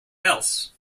else